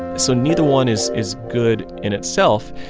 so neither one is is good in itself.